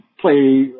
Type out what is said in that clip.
play